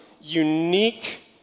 unique